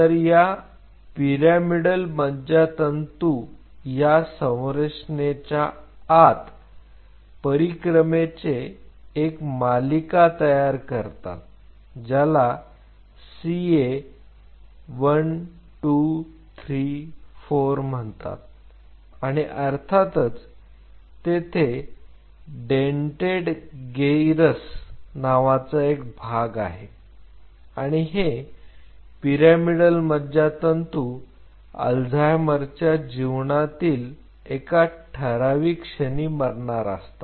तर या पिरामिडल मज्जातंतू या संरचनेच्या आत परिक्रमेची एक मालिका तयार करतात ज्याला सीए 1 2 3 4 म्हणतात आणि अर्थातच तेथे डेंटेड गिरस नावाचा एक भाग आहे आणि हे पिरॅमिडल मज्जातंतू अल्झाइमरच्या जीवनातील एका ठराविक क्षणी मरणार असतात